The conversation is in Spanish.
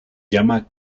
llama